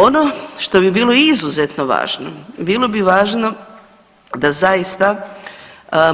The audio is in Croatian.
Ono što bi bilo izuzetno važno, bilo bi važno da zaista